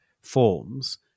forms